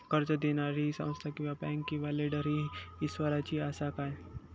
कर्ज दिणारी ही संस्था किवा बँक किवा लेंडर ती इस्वासाची आसा मा?